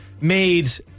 made